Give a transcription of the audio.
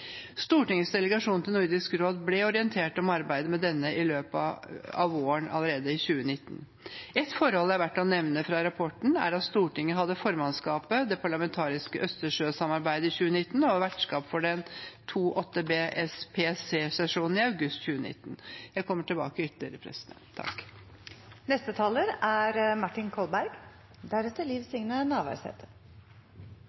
Stortingets delegasjon til Nordisk råd ble orientert om arbeidet med denne allerede i løpet av våren i 2019. Ett forhold det er verdt å nevne fra rapporten, er at Stortinget hadde formannskapet i Det parlamentariske østersjøsamarbeidet i 2019, og var vertskap for den 28. BSPC-sesjonen i august 2019. Jeg kommer ytterligere tilbake.